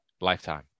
Lifetime